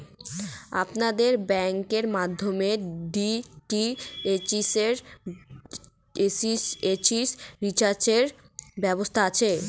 আপনার ব্যাংকের মাধ্যমে ডি.টি.এইচ রিচার্জের ব্যবস্থা আছে?